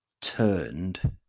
turned